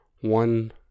one